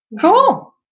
Cool